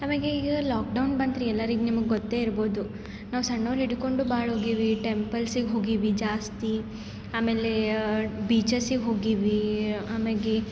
ಆಮೇಗೆ ಈಗ ಲಾಕ್ಡೌನ್ ಬಂತು ರೀ ಎಲ್ಲರಿಗೆ ನಿಮ್ಗೆ ಗೊತ್ತೆ ಇರ್ಬೋದು ನಾವು ಸಣ್ಣೋರ್ ಹಿಡ್ಕೊಂಡು ಭಾಳ್ ಹೋಗೀವಿ ಟೆಂಪಲ್ಸಿಗೆ ಹೋಗೀವಿ ಜಾಸ್ತಿ ಆಮೇಲೇ ಬೀಚಸ್ಸಿಗೆ ಹೋಗೀವೀ ಆಮೇಗೆ